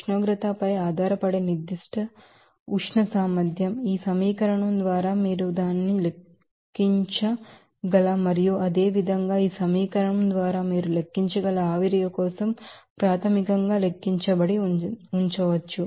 ఉష్ణోగ్రతపై ఆధారపడే specific heat capacity ఈ సమీకరణం ద్వారా మీరు దానిని లెక్కించగల మరియు అదేవిధంగా ఈ సమీకరణం ద్వారా మీరు లెక్కించగల ఆవిరి కోసం ప్రాథమికంగా లెక్కించబడి ఉండవచ్చు